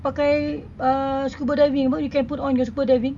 pakai uh scuba diving [pe] you can put on your scuba diving